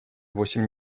восемь